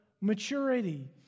maturity